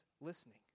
listening